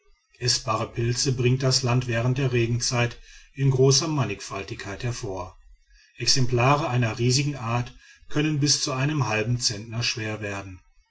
eßbare pilze bringt das land während der regenzeit in großer mannigfaltigkeit hervor exemplare einer riesigen art können bis zu einem halben zentner schwer werden